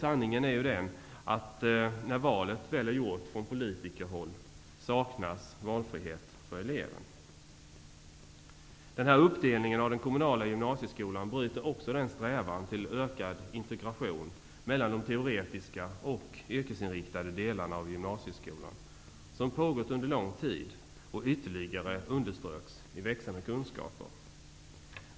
Sanningen är ju den att när valet väl är gjort från politikerhåll saknas valfrihet för eleven. Den här uppdelningen av den kommunala gymnasieskolan bryter också den strävan till ökad integration mellan de teoretiska och yrkesinriktade delarna av gymnasieskolan som pågått under lång tid och ytterligare underströks i Växa med kunskaper.